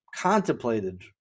contemplated